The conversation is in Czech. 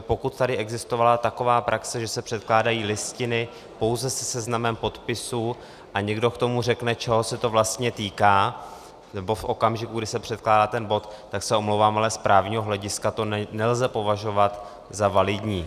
Pokud tady existovala taková praxe, že se předkládají listiny pouze se seznamem podpisů a někdo k tomu řekne, čeho se to vlastně týká, nebo v okamžiku, kdy se předkládá ten bod, tak se omlouvám, ale z právního hlediska to nelze považovat za validní.